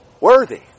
Worthy